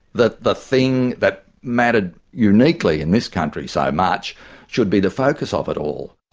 that the thing that mattered uniquely in this country so much should be the focus of it all.